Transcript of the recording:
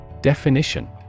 Definition